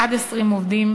עד 20 עובדים,